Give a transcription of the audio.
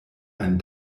ein